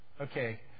Okay